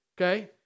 okay